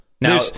Now